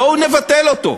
בואו נבטל אותו,